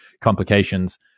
complications